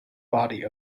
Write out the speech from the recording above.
body